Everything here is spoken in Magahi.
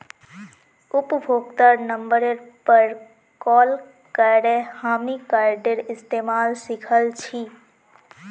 उपभोक्तार नंबरेर पर कॉल करे हामी कार्डेर इस्तमाल सिखल छि